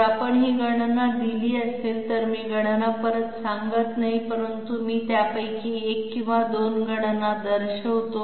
जर आपण ही गणना केली असेल तर मी गणना परत सांगत नाही परंतु मी त्यापैकी एक किंवा दोन गणना दर्शवितो